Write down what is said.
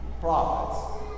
prophets